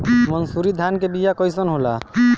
मनसुरी धान के बिया कईसन होला?